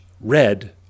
red